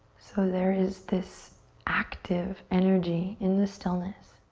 so there is this active energy in the stillness.